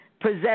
possess